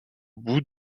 bout